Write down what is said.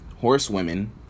horsewomen